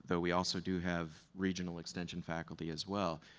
but we also do have reejnal extension faculty as well.